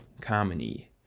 comedy